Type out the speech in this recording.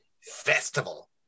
Festival